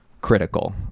critical